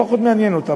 פחות מעניינים אותם.